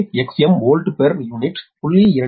எனவே XM old per unit 0